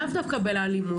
לאו דווקא על אלימות,